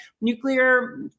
nuclear